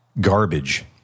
garbage